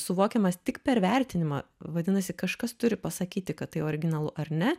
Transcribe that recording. suvokiamas tik per vertinimą vadinasi kažkas turi pasakyti kad tai originalu ar ne